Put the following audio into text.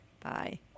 Bye